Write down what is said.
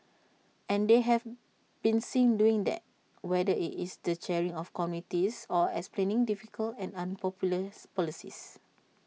and they have been seen doing that whether IT is the chairing of committees or explaining difficult and unpopular policies